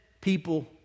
people